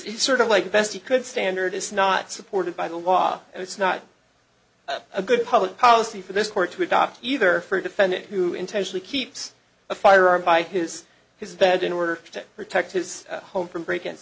is sort of like the best he could standard it's not supported by the law and it's not a good public policy for this court to adopt either for a defendant who intentionally keeps a firearm by his his badge in order to protect his home from break in